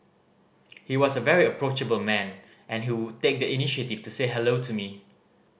he was a very approachable man and he would take the initiative to say hello to me